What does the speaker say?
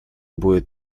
будет